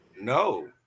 No